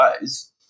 ways